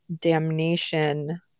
damnation